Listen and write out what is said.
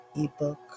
eBook